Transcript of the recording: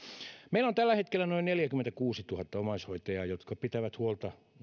meillä on tällä hetkellä noin neljäkymmentäkuusituhatta omaishoitajaa jotka pitävät huolta